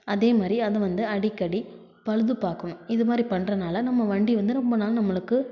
அதேமாதிரி அத வந்து அடிக்கடி பழுது பார்க்குணும் இது மாதிரி பண்ணுறனால நம்ம வண்டி வந்து ரொம்ப நாள் நம்மளுக்கு